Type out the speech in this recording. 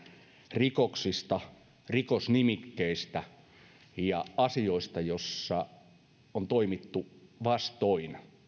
rikoksista rikosnimikkeistä ja asioista joissa on toimittu vastoin